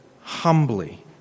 humbly